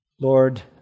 Lord